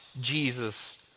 Jesus